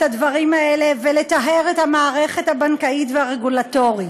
הדברים האלה ולטהר את המערכת הבנקאית והרגולטורית,